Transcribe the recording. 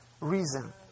reason